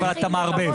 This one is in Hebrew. אבל אתה מערבב.